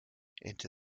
into